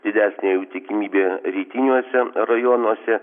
didesnė jų tikimybė rytiniuose rajonuose